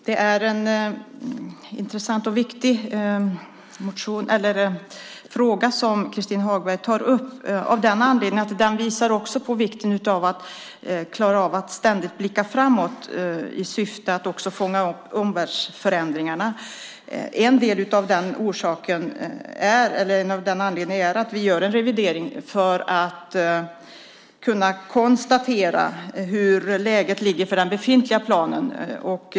Herr talman! Det är en intressant och viktig fråga som Christin Hagberg tar upp av den anledningen att den också visar på vikten av att man klarar av att ständigt blicka framåt i syfte att också fånga upp omvärldsförändringar. En anledning till att vi gör en revidering är för att kunna konstatera hur läget är för den befintliga planen.